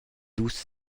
dus